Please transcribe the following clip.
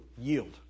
yield